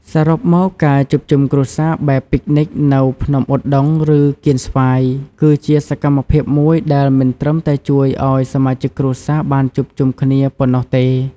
សរុបមក ការជួបជុំគ្រួសារបែបពិកនិចនៅភ្នំឧដុង្គ ឬកៀនស្វាយ គឺជាសកម្មភាពមួយដែលមិនត្រឹមតែជួយឲ្យសមាជិកគ្រួសារបានជួបជុំគ្នាប៉ុណ្ណោះទេ។